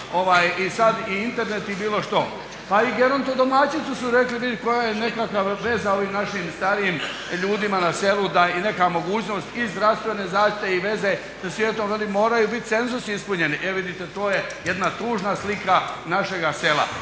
i Internet i bilo što. Pa i gerontodomaćicu su rekli vidi koja je nekakva veza ovim našim starijim ljudima na selu i neka mogućnost i zdravstvene zaštiti i veze sa svijetom, veli moraju biti cenzusi ispunjeni. E vidite to je jedna tužna slika našega sela.